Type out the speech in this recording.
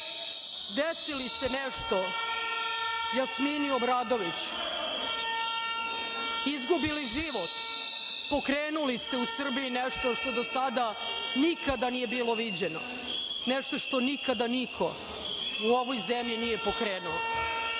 desi li se nešto Jasmini Obradović, izgubi li život, pokrenuli ste u Srbiji nešto što do sada nikada nije bilo viđeno, nešto što nikada niko u ovoj zemlji nije pokrenuo.